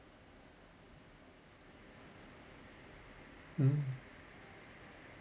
mm